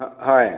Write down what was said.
ହଁ ହଁ ଆଜ୍ଞା